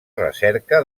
recerca